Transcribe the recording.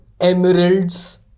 emeralds